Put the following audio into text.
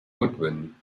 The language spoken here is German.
goodwin